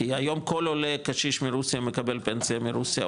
כי היום כל עולה קשיש מרוסיה מקבל פנסיה מרוסיה,